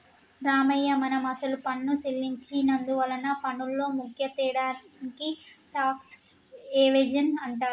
రామయ్య మనం అసలు పన్ను సెల్లించి నందువలన పన్నులో ముఖ్య తేడాని టాక్స్ ఎవేజన్ అంటారు